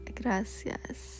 gracias